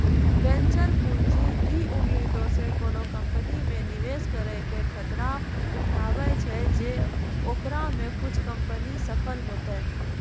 venture पूंजी इ उम्मीदो से कोनो कंपनी मे निवेश करै के खतरा उठाबै छै जे ओकरा मे कुछे कंपनी सफल होतै